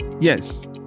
Yes